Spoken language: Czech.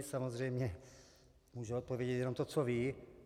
Samozřejmě může odpovědět jenom to, co ví.